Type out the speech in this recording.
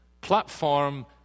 platform